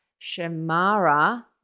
Shamara